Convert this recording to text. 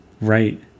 Right